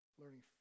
Learning